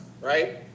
right